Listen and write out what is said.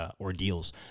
ordeals